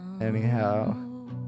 anyhow